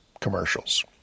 commercials